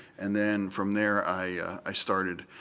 and then from there i i started,